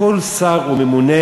כל שר הוא ממונה,